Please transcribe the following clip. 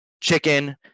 chicken